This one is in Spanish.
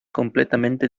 completamente